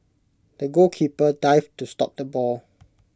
the goalkeeper dived to stop the ball